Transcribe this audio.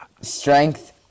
Strength